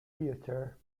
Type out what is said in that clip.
theatre